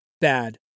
bad